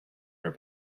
her